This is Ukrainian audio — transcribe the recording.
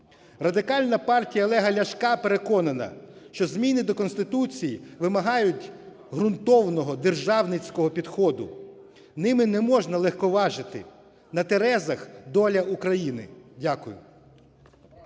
Радикальна партія Олега Ляшка переконана, що зміни до Конституції вимагають ґрунтовного державницького підходу. Ними не можна легковажити. На терезах доля України. Дякую.